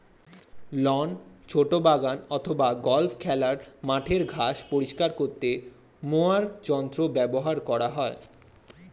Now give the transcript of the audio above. loan, ছোট বাগান অথবা গল্ফ খেলার মাঠের ঘাস পরিষ্কার করতে মোয়ার যন্ত্র ব্যবহার করা হয়